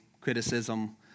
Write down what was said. criticism